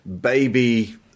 baby